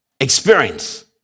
experience